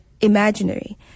imaginary